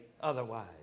otherwise